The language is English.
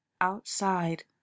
outside